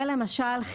למשל,